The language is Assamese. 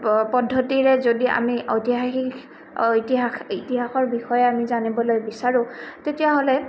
পদ্ধতিৰে যদি আমি ঐতিহাসিক ঐতিহাস ইতিহাসৰ বিষয়ে আমি জানিবলৈ বিচাৰোঁ তেতিয়াহ'লে